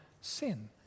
sin